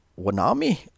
Wanami